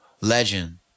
Legend